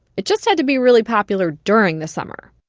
it just had to be really popular during the summer.